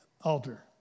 altar